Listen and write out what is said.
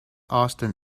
austen